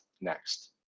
Next